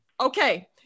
Okay